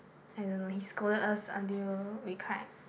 I don't know he scolded us until we cried